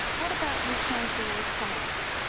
what about return to work rates?